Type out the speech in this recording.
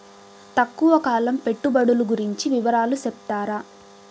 తక్కువ కాలం పెట్టుబడులు గురించి వివరాలు సెప్తారా?